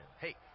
Hey